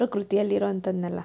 ಪ್ರಕೃತಿಯಲ್ಲಿ ಇರೋಂಥದ್ದನ್ನೆಲ್ಲ